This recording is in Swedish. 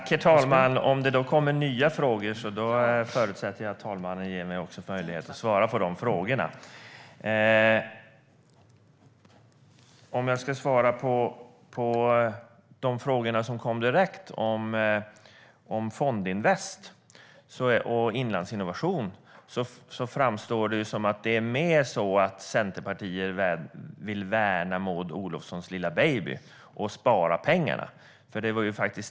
Herr talman! Om det kommer nya frågor förutsätter jag att herr talmannen ger mig möjlighet att svara på dem. Den ställdes en fråga om Fondinvest och Inlandsinnovation. Det framstår som att Centerpartiet mer vill värna Maud Olofssons lilla baby och spara pengarna.